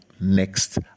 next